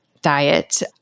diet